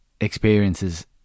experiences